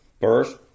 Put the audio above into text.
first